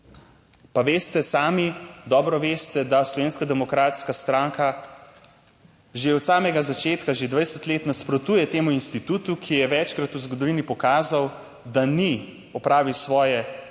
Pa veste sami, dobro veste, da Slovenska demokratska stranka že od samega začetka, že 20 let nasprotuje temu institutu, ki je večkrat v zgodovini pokazal, da ni opravil svoje prvotne